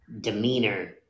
demeanor